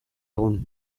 egun